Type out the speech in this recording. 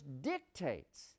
dictates